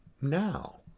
now